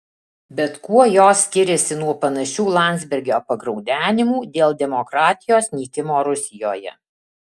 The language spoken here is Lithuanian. bet kuo jos skiriasi nuo panašių landsbergio pagraudenimų dėl demokratijos nykimo rusijoje